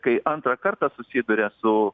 kai antrą kartą susiduria su